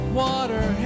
water